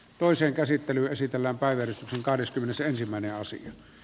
toisen käsittely esitellään päivitys on kahdeskymmenesensimmäinen sija